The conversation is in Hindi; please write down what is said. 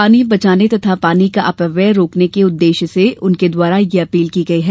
पानी बचाने तथा पानी का अपव्यय रोकने के उद्देश्य से उनके द्वारा यह अपील की गयी है